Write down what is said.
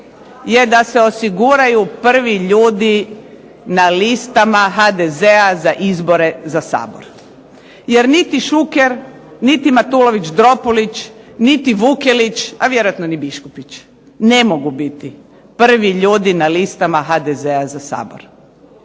je da se osiguraju prvi ljudi na listama HDZ-a za izbore za Sabor. Jer niti Šuker, niti Matulović Dropulić, niti Vukelić, a vjerojatno ni Biškupić ne mogu biti prvi ljudi na listama HDZ-a za Sabor.